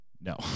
No